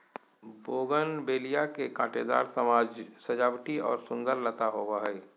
bougainvillea के कांटेदार सजावटी और सुंदर लता होबा हइ